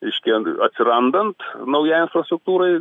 išties atsirandant naujai infrastruktūrai